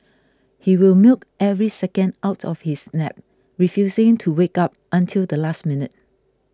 he will milk every second out of his nap refusing to wake up until the last minute